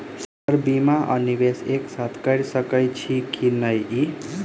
Sir बीमा आ निवेश एक साथ करऽ सकै छी की न ई?